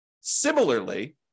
Similarly